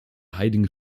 heiligen